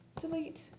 delete